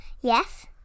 Yes